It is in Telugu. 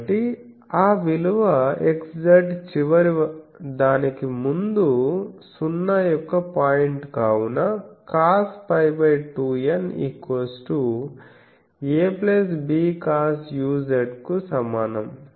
కాబట్టి ఆ విలువ xz చివరి దానికి ముందు 0 యొక్క పాయింట్ కావున cosπ2N abcosuz కు సమానం